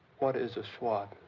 what is a swot?